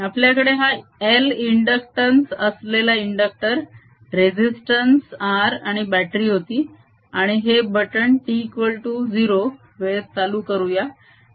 आपल्याकडे हा L inductance असलेला इंडक्टर रेसिस्तंस r आणि बटरी होती आणि हे बटण t0 वेळेत चालू करूया